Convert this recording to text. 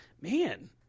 man